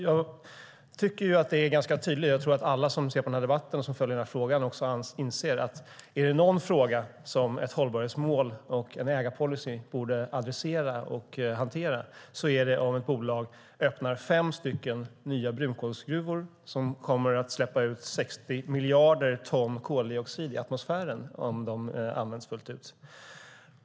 Jag tycker att det är ganska tydligt - och jag tror att de som ser på den här debatten och följer denna fråga inser detta - att om det är någon fråga ett hållbarhetsmål och en ägarpolicy borde adressera och hantera är det om ett bolag öppnar fem nya brunkolsgruvor som kommer att släppa ut 60 miljarder ton koldioxid i atmosfären om de används fullt ut.